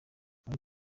muri